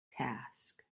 task